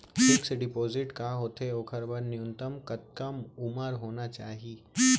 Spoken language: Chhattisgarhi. फिक्स डिपोजिट का होथे ओखर बर न्यूनतम कतका उमर होना चाहि?